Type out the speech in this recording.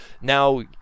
now